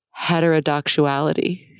heterodoxuality